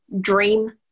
dream